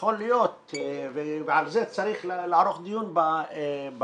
יכול להיות ועל זה צריך לערוך דיון בוועדה.